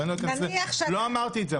ואני לא אכנס לא אמרתי את זה,